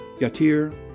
Yatir